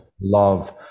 love